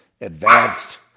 advanced